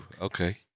Okay